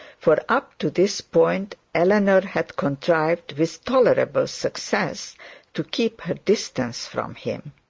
for up to this point eleanor had contrived with tolerable success to keep her distance from him.